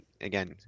again